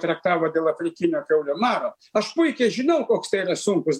traktavo dėl afrikinio kiaulių maro aš puikiai žinau koks tai yra sunkus